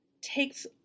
takes